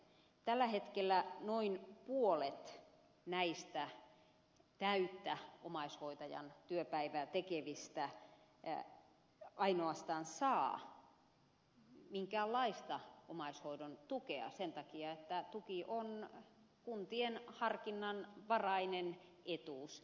tällä hetkellä ainoastaan noin puolet näistä täyttä omaishoitajan työpäivää tekevistä saa omaishoidon tukea sen takia että tuki on kuntien maksama harkinnanvarainen etuus